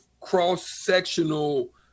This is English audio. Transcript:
cross-sectional